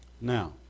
Now